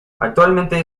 actualmente